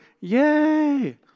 Yay